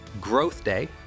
#GrowthDay